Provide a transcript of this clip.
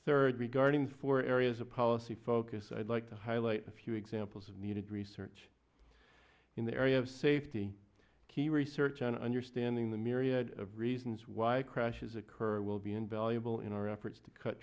third regarding four areas of policy focus i'd like to highlight a few examples of needed research in the area of safety key research on understanding the myriad of reasons why a crash has occurred will be invaluable in our efforts to cut